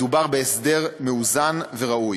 מדובר בהסדר מאוזן וראוי.